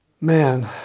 man